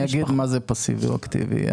אני אסביר מה זה פסיבי ואקטיבי.